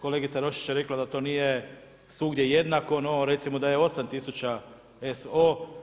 Kolegica Roščić je rekla da to nije svugdje jednako, no recimo da je 8000 SO.